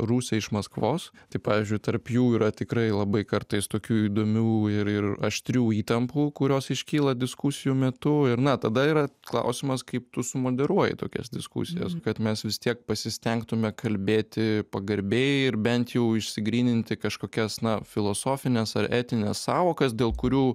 rusė iš maskvos tai pavyzdžiui tarp jų yra tikrai labai kartais tokių įdomių ir ir aštrių įtampų kurios iškyla diskusijų metu ir na tada yra klausimas kaip tu sumoderuoji tokias diskusijas kad mes vis tiek pasistengtume kalbėti pagarbiai ir bent jau išsigryninti kažkokias na filosofines ar etines sąvokas dėl kurių